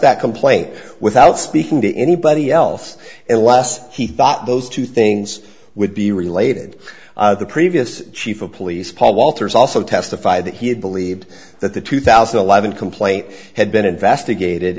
that complaint without speaking to anybody else unless he thought those two things would be related to the previous chief of police paul walters also testified that he had believed that the two thousand and eleven complaint had been investigated